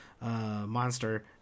monster